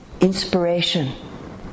inspiration